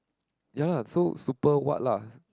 ya lah so super what lah